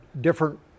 different